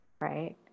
right